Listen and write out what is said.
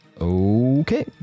Okay